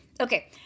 Okay